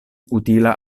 utila